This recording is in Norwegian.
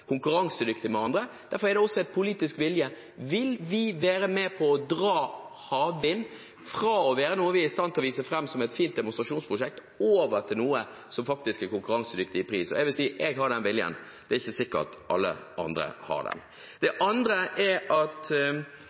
konkurransedyktig med andre – og derfor er det også politisk vilje. Vil vi være med på å dra havvind fra å være noe vi er i stand til å vise fram som et fint demonstrasjonsprosjekt, over til noe som faktisk er konkurransedyktig i pris? Jeg vil si at jeg har den viljen. Det er ikke sikkert at alle andre har det. Det andre er at